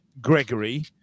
Gregory